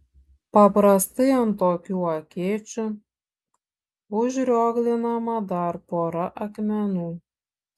paprastai ant tokių akėčių užrioglinama dar pora akmenų